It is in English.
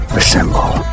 assemble